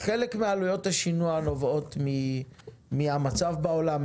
חלק מעלויות השינוע נובעות מהמצב בעולם,